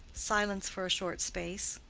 silence for a short space.